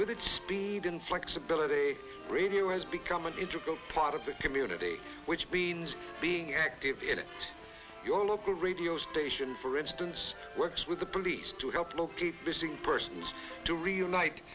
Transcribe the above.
its speed and flexibility radio has become an integral part of the community which means being active in your local radio station for instance works with the police to help locate missing persons to reunite